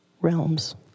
realms